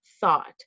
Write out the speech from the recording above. thought